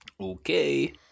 Okay